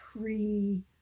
pre